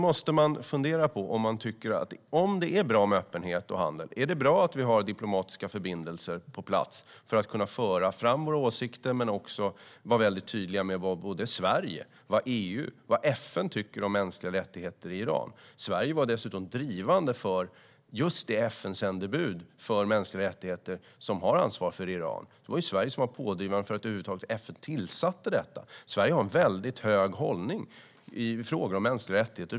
Jag tycker att det är bra med öppenhet och handel och att ha diplomatiska förbindelser på plats för att kunna föra fram våra åsikter och vara tydliga med vad Sverige, EU och FN tycker om mänskliga rättigheter i Iran. Sverige var dessutom pådrivande för att få FN att tillsätta sändebudet för mänskliga rättigheter som har ansvar för Iran. Sverige har hög hållning i frågor om mänskliga rättigheter.